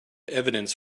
evidence